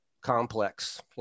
complex